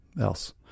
else